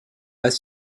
pas